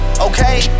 Okay